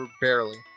barely